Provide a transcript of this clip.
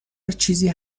دیگه